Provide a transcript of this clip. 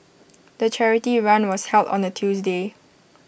the charity run was held on A Tuesday